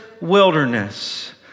wilderness